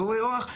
ועוברי אורח,